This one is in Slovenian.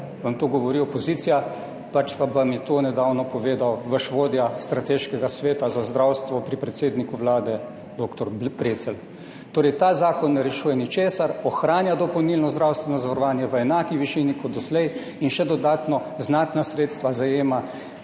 vam to govori opozicija, pač pa vam je to nedavno povedal vaš vodja strateškega sveta za zdravstvo pri predsedniku Vlade dr. Brecelj. Torej, ta zakon ne rešuje ničesar, ohranja dopolnilno zdravstveno zavarovanje v enaki višini kot doslej in še dodatno znatna sredstva zajema